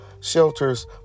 shelters